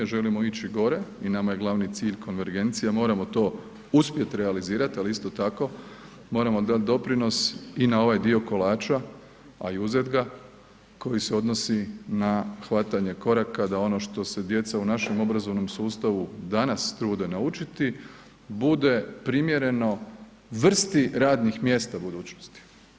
Želimo ići gore i nama je glavni cilj konvergencija, moramo to uspjet realizirati, ali isto tako moramo dati doprinos i na ovaj dio kolača, a i uzet ga koji se odnosi na hvatanje koraka da ono što se djeca u našem obrazovnom sustavu danas trude naučiti bude primjereno vrsti radnih mjesta budućnosti.